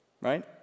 right